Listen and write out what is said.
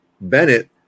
Bennett